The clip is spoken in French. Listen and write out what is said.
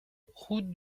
route